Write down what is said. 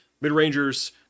Mid-rangers